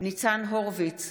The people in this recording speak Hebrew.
ניצן הורוביץ,